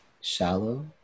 shallow